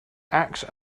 axe